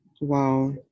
wow